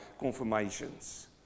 confirmations